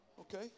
Okay